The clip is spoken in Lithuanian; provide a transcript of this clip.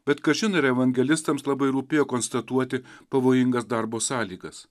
bet kažin ar evangelistams labai rūpėjo konstatuoti pavojingas darbo sąlygas